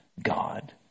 God